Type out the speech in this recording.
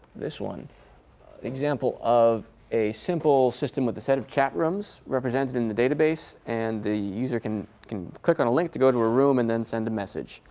this one, an example of a simple system with a set of chat rooms represented in the database. and the user can can click on a link to go to a room and then send a message.